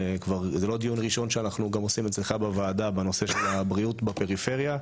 וזה לא הדיון הראשון שאנחנו עושים אצלך בוועדה בנושא הבריאות בפריפריה.